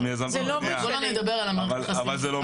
אבל זה לא